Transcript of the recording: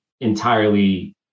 entirely